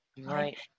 right